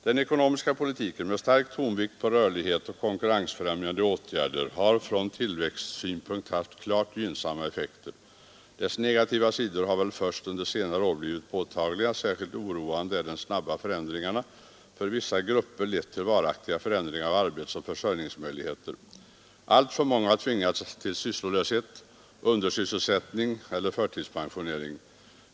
Den ekonomiska politiken, med stark tonvikt på rörlighet och konkurrensfrämjande åtgärder, har från tillväxtsynpunkt haft klart gynnsamma effekter. Dessa negativa sidor har väl först under senare år blivit påtagliga; särskilt oroande är att de snabba förändringarna för vissa grupper lett till varaktiga förändringar av arbetsoch försörjningsmöjligheter. Alltför många har tvingats till sysslolöshet, undersysselsättning eller förtidspensionering.